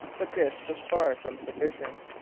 but this was far from sufficient.